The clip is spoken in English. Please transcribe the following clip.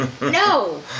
No